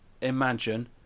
imagine